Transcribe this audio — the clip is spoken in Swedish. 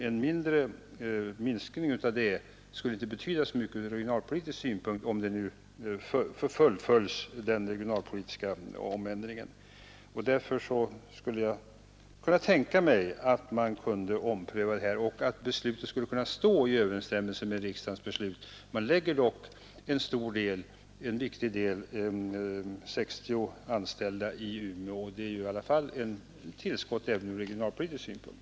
En mindre minskning av det antalet skulle inte betyda så mycket ur regionalpolitisk synpunkt, om den regionalpolitiska ändringen nu fullföljs. Därför skulle jag kunna tänka mig att man gjorde en omprövning och att beslutet skulle kunna stå i överensstämmelse med riksdagens beslut. Man förlägger dock en viktig del — med 60 anställda — i Umeå. Det är i alla fall ett tillskott även ur regionalpolitisk synpunkt.